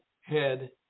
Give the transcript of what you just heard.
head